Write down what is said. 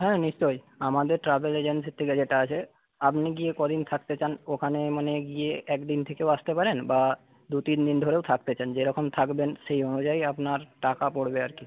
হ্যাঁ নিশ্চয়ই আমাদের ট্র্যাভেল এজেন্সির থেকে যেটা আছে আপনি গিয়ে কদিন থাকতে চান ওখানে মানে গিয়ে একদিন থেকেও আসতে পারেন বা দু তিন দিন ধরেও থাকতে চান যেরকম থাকবেন সেই অনুযায়ী আপনার টাকা পড়বে আর কি